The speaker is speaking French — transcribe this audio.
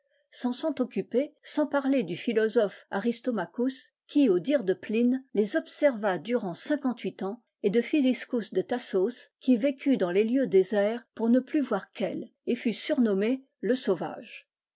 s'en sont occupés sans parler du philosophe aristomachus qui au dire de pline les observa durant cinquante-huit ans et de phyliscus de thasos qui vécut dans les lieux déserts pour ne plus voir qu'elles et fut jnirnommé le sauvage